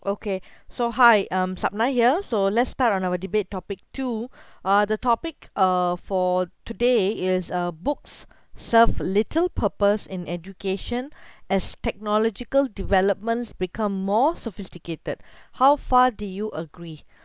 okay so hi um sabna here so let's start on our debate topic two uh the topic uh for today is uh books serve little purpose in education as technological developments become more sophisticated how far do you agree